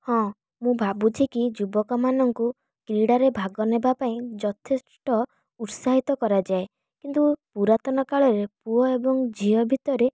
ହଁ ମୁଁ ଭାବୁଛି କି ଯୁବକ ମାନଙ୍କୁ କ୍ରୀଡ଼ାରେ ଭାଗ ନେବା ପାଇଁ ଯଥେଷ୍ଟ ଉତ୍ସାହିତ କରାଯାଏ କିନ୍ତୁ ପୁରାତନ କାଳରେ ପୁଅ ଏବଂ ଝିଅ ଭିତରେ